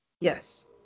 Yes